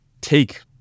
take